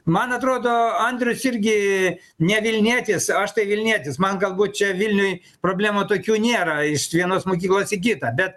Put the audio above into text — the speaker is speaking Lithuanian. man atrodo antras irgi ne vilnietis aš tai vilnietis man galbūt čia vilniuj problemų tokių nėra iš vienos mokyklos į kitą bet